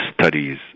studies